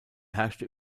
herrschte